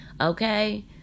okay